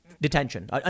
detention